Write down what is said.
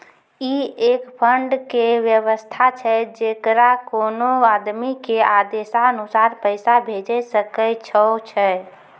ई एक फंड के वयवस्था छै जैकरा कोनो आदमी के आदेशानुसार पैसा भेजै सकै छौ छै?